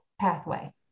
pathway